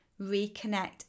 reconnect